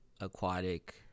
aquatic